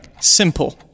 Simple